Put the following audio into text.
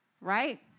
right